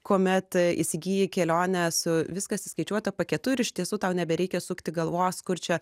kuomet įsigyji kelionę su viskas įskaičiuota paketu ir iš tiesų tau nebereikia sukti galvos kur čia